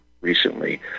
recently